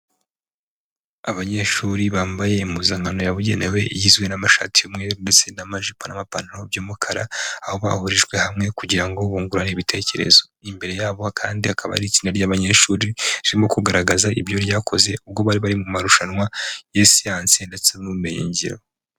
Abanyeshuri bambaye impuzankano yabugenewe igizwe n'amashati y'umweru ndetse n'amajipo n'amapantaro by'umukara, aho bahurijwe hamwe kugira ngo bungurane ibitekerezo, imbere yabo kandi hakaba hari itsinda ry'abanyeshuri ririmo kugaragaza ibyo ryakoze ubwo bari bari mu marushanwa ya siyansi ndetse n'ubumenyingiro.